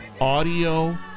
audio